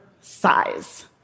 size